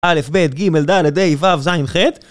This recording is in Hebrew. א', ב', ג', ד', ה', ו', ז', ח'